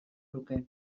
luke